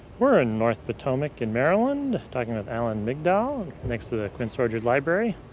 we're in north potomac in maryland, talking with alan migdall, next to the quince orchard library.